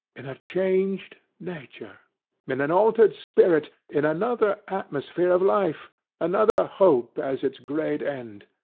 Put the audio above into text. in a changed nature in an altered spirit in another atmosphere of life another hope as its great end.